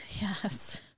Yes